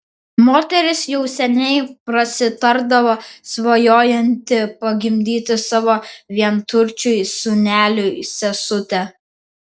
moteris jau seniai prasitardavo svajojanti pagimdyti savo vienturčiui sūneliui sesutę